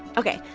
ok,